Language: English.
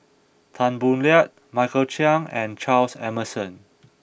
Tan Boo Liat Michael Chiang and Charles Emmerson